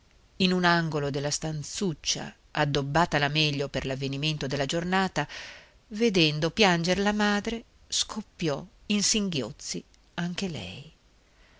in un angolo della stanzuccia addobbata alla meglio per l'avvenimento della giornata vedendo pianger la madre scoppiò in singhiozzi anche lei